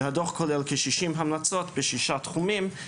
והדוח כולל כ-60 המלצות בשישה תחומים,